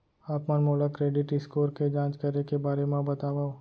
आप मन मोला क्रेडिट स्कोर के जाँच करे के बारे म बतावव?